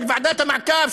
של ועדת המעקב,